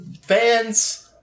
fans